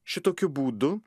šitokiu būdu